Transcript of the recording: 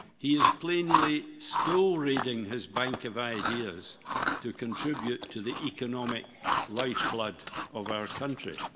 he is plainly still reading his bank of ideas to contribute to the economic lifeblood of our country.